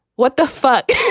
what the fuck?